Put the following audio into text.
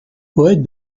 poète